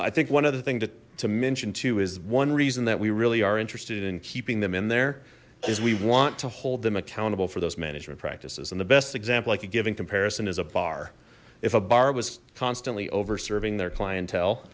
i think one other thing to mention too is one reason that we really are interested in keeping them in there because we want to hold them accountable for those management practices and the best example i could give in comparison is a bar if a bar was constantly over serving their clientele